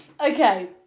Okay